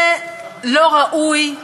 זה לא ראוי,